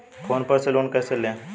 Phone पर से loan कैसे लें?